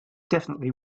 definitely